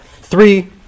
three